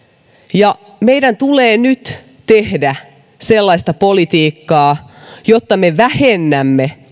meidän tulee nyt tehdä sellaista politiikkaa että me vähennämme